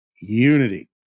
Unity